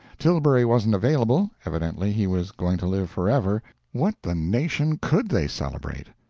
tilbury wasn't available, evidently he was going to live forever what the nation could they celebrate?